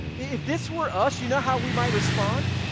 if this were us, you know how we might respond?